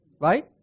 Right